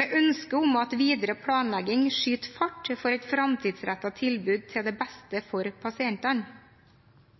med ønske om at videre planlegging skyter fart for et framtidsrettet tilbud til beste for pasientene.